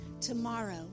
Tomorrow